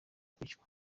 kwicwa